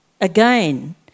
Again